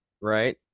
right